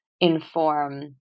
inform